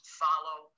follow